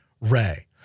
Ray